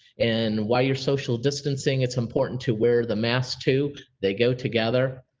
and while you're social distancing, it's important to wear the masks too. they go together.